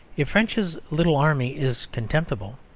if french's little army is contemptible,